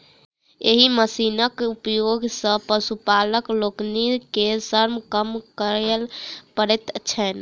एहि मशीनक उपयोग सॅ पशुपालक लोकनि के श्रम कम करय पड़ैत छैन